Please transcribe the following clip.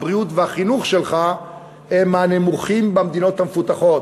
הבריאות והחינוך שלך הם מהנמוכים במדינות המפותחות.